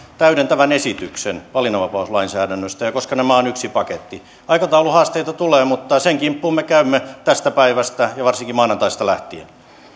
täydentävän esityksen valinnanvapauslainsäädännöstä ja koska nämä ovat yksi paketti aikatauluhaasteita tulee mutta sen kimppuun me käymme tästä päivästä ja varsinkin maanantaista lähtien